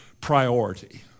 priority